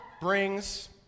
brings